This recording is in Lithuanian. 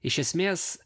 iš esmės